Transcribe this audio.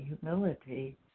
humility